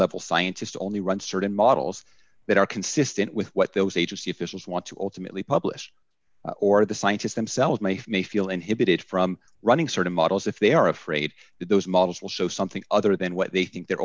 level scientists only run certain models that are consistent with what those agency officials want to ultimately publish or the scientists themselves make me feel inhibited from running sort of models if they are afraid that those models will show something other than what they think they're